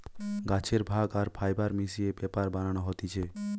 গাছের ভাগ আর ফাইবার মিশিয়ে পেপার বানানো হতিছে